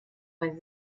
bei